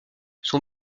son